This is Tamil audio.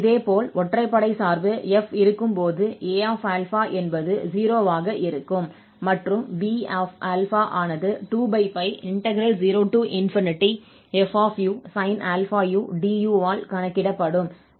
இதேபோல் ஒற்றைப்படை சார்பு f இருக்கும்போது Aα என்பது 0 ஆக இருக்கும் மற்றும் Bα ஆனது 20fusin αu du ஆல் கணக்கிடப்படும்